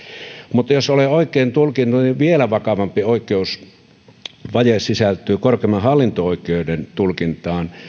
mutta jos olen oikein tulkinnut niin vielä vakavampi oikeusvaje sisältyy korkeimman hallinto oikeuden tulkintaan